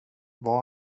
vad